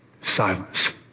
Silence